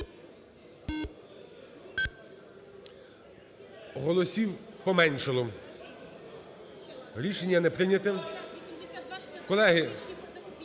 Голосів поменшало. Рішення не прийнято.